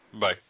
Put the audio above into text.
Bye